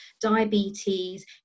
diabetes